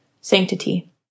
sanctity